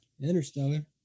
Interstellar